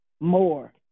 more